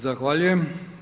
Zahvaljujem.